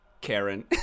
Karen